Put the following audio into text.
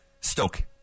Stoke